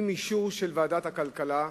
באישור ועדת הכלכלה,